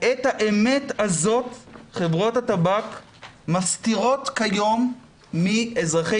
את האמת הזאת חברות הטבק מסתירות כיום מאזרחי